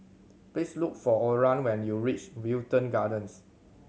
please look for Oran when you reach Wilton Gardens